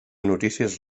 notícies